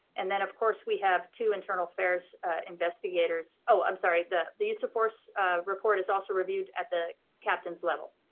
and then of course we have two internal affairs investigators, oh i'm sorry, the the use of force report is also reviewed at the captain's level.